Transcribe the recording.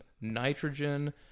nitrogen